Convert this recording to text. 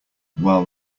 while